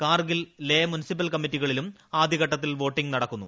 Kargil Leh municipal കമ്മിറ്റികളിലും ആദ്യഘട്ടത്തിൽ voting നടക്കും